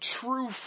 true